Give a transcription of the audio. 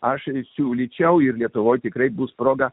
aš siūlyčiau ir lietuvoje tikrai bus proga